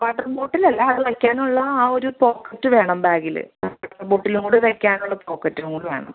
water bottle അല്ല അത് വയ്ക്കാനുള്ള ആ ഒരു പോക്കറ്റ് വേണം ബാഗിൽ വാട്ടർ ബോട്ടിലും കൂടെ വയ്ക്കാനുള്ള പോക്കറ്റും കൂടെ വേണം